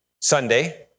Sunday